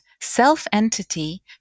self-entity